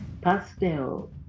pastel